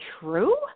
true